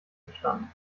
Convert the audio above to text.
verstanden